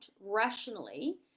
rationally